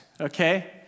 okay